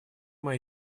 мои